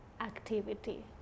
activity